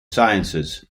sciences